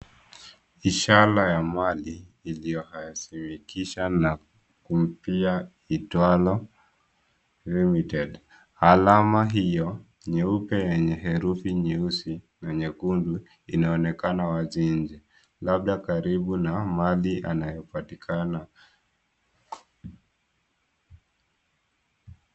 Ishara ya mali ilihasilishwa na iitwalo limited . Alama hiyo nyeupe yenye herufi nyeusi na nyekundu inaonekana wazi nje. Labda karibu na mali anayopatikana